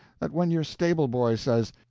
that when your stable-boy says,